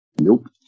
Nope